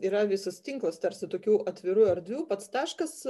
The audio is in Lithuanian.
yra visas tinklas tarsi tokių atvirų erdvių pats taškas